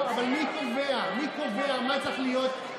מי קובע מה צריך להיות?